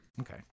Okay